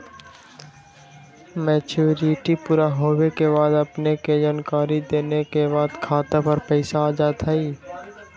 Maturity पुरा होवे के बाद अपने के जानकारी देने के बाद खाता पर पैसा आ जतई?